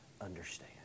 understand